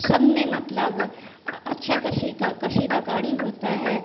सब में मतलब अच्छा कसी का कसीदाकारी होती है